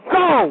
go